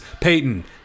Peyton